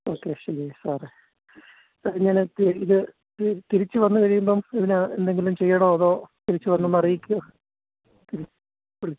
okay ശരി സാറേ ഇത് ഞാൻ എത്തിഇത് തിരിച്ചു വന്നു കഴിയുമ്പം ഇതിന് എന്തെങ്കിലും ചെയ്യണോ അതോ തിരിച്ച് വന്നു എന്നെ അറിയിക്കുമോ ഇത് ഉം